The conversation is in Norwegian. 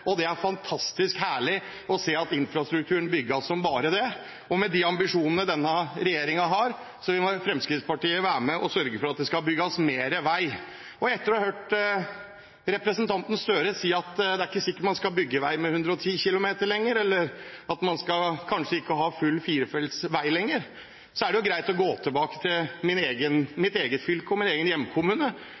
nybygging. Det er fantastisk herlig å se at infrastrukturen bygges som bare det, og med de ambisjonene denne regjeringen har, vil Fremskrittspartiet være med og sørge for at det skal bygges mer vei. Etter å ha hørt representanten Gahr Støre si at det ikke er sikkert man skal bygge vei med fartsgrense på 110 km/t lenger, eller at man kanskje ikke skal ha full firefeltsvei lenger, er det greit å gå tilbake til mitt eget fylke og min egen hjemkommune,